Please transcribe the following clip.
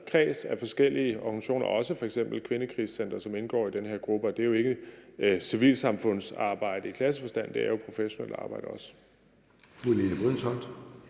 bred kreds af forskellige organisationer, også f.eks. kvindekrisecentre, som indgår i den her gruppe, og det er jo ikke civilsamfundsarbejde i klassisk forstand; det er jo også professionelt arbejde.